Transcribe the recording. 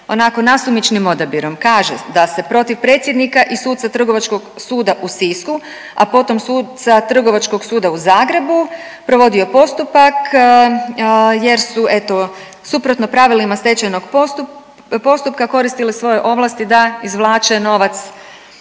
nasumičnim odabirom. Kaže da se protiv predsjednika i suca Trgovačkog suda u Sisku, a potom suca Trgovačkog suda u Zagrebu provodio postupak jer su eto suprotno pravilima stečajnog postupka koristili svoje ovlasti da izvlače novac